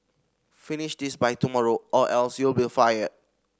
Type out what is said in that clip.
finish this by tomorrow or else you'll be fired